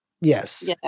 yes